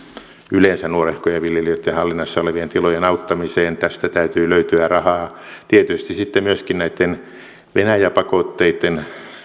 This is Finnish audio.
yleensä nuorehkojen viljelijöitten hallinnassa olevien tilojen auttamiseen tästä täytyy löytyä rahaa tietysti sitten myöskin näitten venäjä pakotteitten